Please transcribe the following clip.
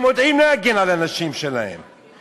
הם יודעים להגן על הנשים שלהם,